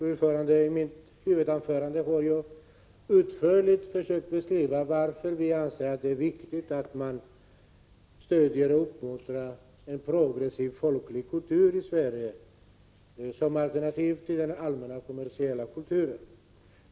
Fru talman! I mitt huvudanförande har jag utförligt försökt beskriva varför vi anser att det är viktigt att man stöder och uppmuntrar en progressiv folklig kultur i Sverige, som alternativ till den allmänna kommersiella kulturen.